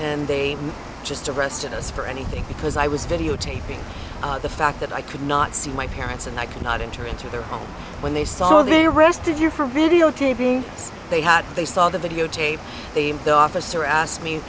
and they just arrested us for anything because i was videotaping the fact that i could not see my parents and i could not enter into their home when they saw their arrested here for videotaping they had they saw the videotape they the officer asked me